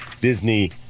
Disney